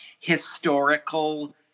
historical